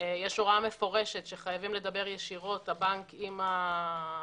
יש הוראה מפורשת שחייבים לדבר ישירות הבנק עם הלקוח.